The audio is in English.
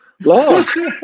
lost